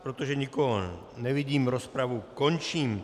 Protože nikoho nevidím, rozpravu končím.